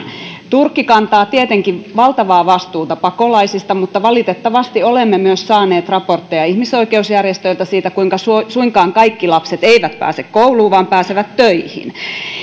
turkki kantaa tietenkin valtavaa vastuuta pakolaisista mutta valitettavasti olemme myös saaneet raportteja ihmisoikeusjärjestöiltä siitä kuinka suinkaan kaikki lapset eivät pääse kouluun vaan pääsevät töihin